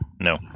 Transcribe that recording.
no